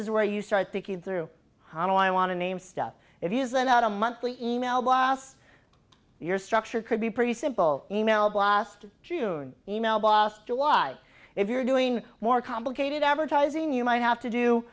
is where you start thinking through how do i want to name stuff if you send out a monthly email boss your structure could be pretty simple e mail blast june email boss to why if you're doing more complicated advertising you might have to do